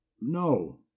no